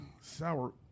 sour